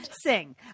sing